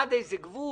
עד איזה גבול?